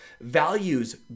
values